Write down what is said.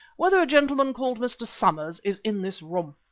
whether a gentleman called mr. somers is in this room.